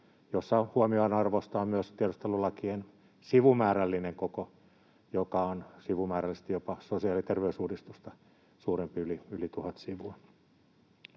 jossa huomionarvoista on myös tiedustelulakien sivumäärällinen koko, joka on jopa sosiaali- ja terveysuudistusta suurempi, yli tuhat sivua.